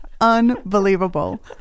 unbelievable